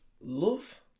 Love